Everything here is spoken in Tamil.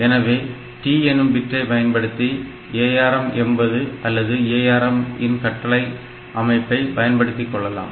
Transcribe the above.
எனவே T எனும் பிட்டை பயன்படுத்தி ARM 80 அல்லது ARM இன் கட்டளை அமைப்பை பயன்படுத்திக் கொள்ளலாம்